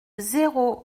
zéro